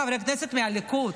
חברי הכנסת מהליכוד: